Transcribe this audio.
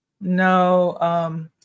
No